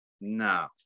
No